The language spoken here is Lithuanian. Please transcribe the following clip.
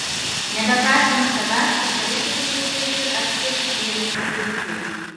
nebekaltinu savęs kad galėčiau daugiau dirbti ar skirti dėmesio buičiai